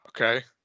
okay